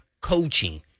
Coaching